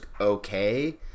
okay